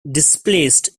displaced